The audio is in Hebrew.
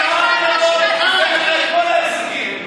ההישגים,